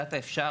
במידת האפשר,